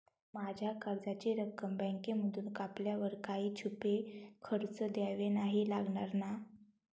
माझ्या कर्जाची रक्कम बँकेमधून कापल्यावर काही छुपे खर्च द्यावे नाही लागणार ना?